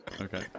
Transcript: Okay